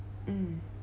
mm